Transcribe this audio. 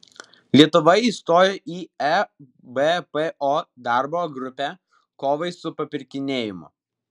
lietuva įstojo į ebpo darbo grupę kovai su papirkinėjimu